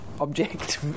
object